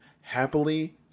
happily